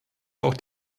auch